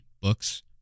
books